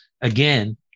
again